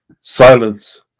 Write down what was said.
silence